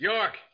York